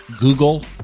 Google